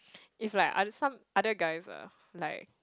if like oth~ some other guys ah like